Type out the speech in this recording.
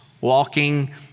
walking